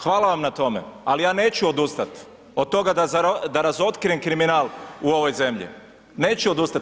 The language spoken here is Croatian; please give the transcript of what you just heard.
Hvala vam na tome ali ja neću odustat od toga da razotkrijem kriminal u ovoj zemlji, neću odustati.